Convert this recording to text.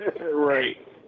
Right